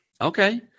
Okay